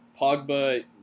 Pogba